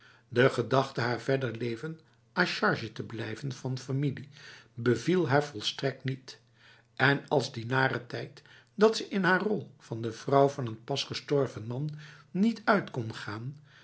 de gedachte haar verder leven a charge te blijven van familie beviel haar volstrekt niet en als die nare tijd dat ze in haar rol van de vrouw van een pas gestorven man niet uit kon gaan